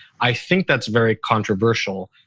i think that's very controversial.